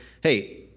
hey